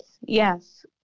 Yes